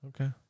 Okay